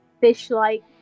fish-like